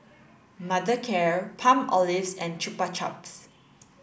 Mothercare Palmolive and Chupa Chups